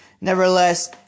Nevertheless